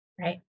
right